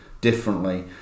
differently